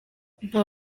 nta